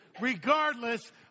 regardless